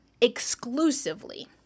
exclusively